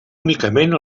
únicament